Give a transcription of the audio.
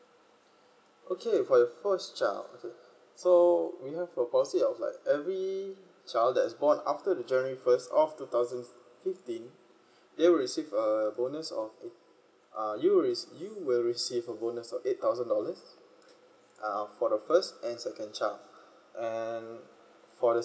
okay for the first child so we have like every child that is born after the january first of two thousand fifteen they receive a bonus or uh you will rece you will receive a bonus of eight thousand dollars uh for the first and second child and